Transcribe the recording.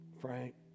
Frank